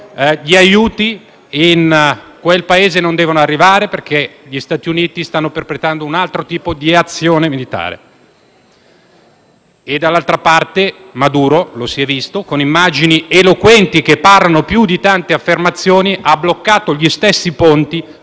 gli aiuti in quel Paese non devono arrivare, perché gli Stati Uniti stanno perpetrando un altro tipo di azione militare. Dall'altra parte Maduro - lo si è visto, con immagini eloquenti, che parlano più di tante affermazioni - ha bloccato i ponti